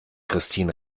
christin